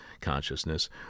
consciousness